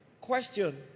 Question